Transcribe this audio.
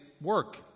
work